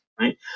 right